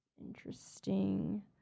interesting